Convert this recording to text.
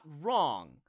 wrong